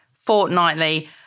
fortnightly